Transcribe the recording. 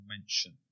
mention